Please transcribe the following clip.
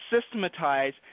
systematize